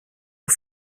aux